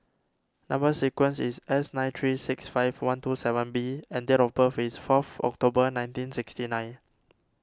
Number Sequence is S nine three six five one two seven B and date of birth is fourth October nineteen sixty nine